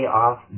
off